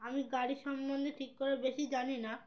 আমি গাড়ি সম্বন্ধে ঠিক করে বেশি জানি না